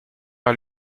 par